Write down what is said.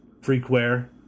Freakware